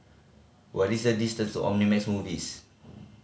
what is the distance Omnimax Movies